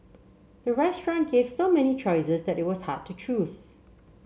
the restaurant gave so many choices that it was hard to choose